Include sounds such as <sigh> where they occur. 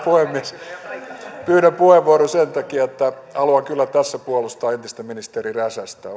puhemies pyydän puheenvuoron sen takia että haluan kyllä tässä puolustaa entistä ministeri räsästä <unintelligible>